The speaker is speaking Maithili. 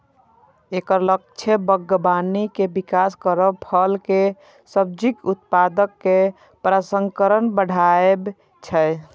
एकर लक्ष्य बागबानी के विकास करब, फल आ सब्जीक उत्पादन आ प्रसंस्करण बढ़ायब छै